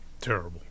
Terrible